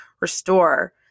restore